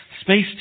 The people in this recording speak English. space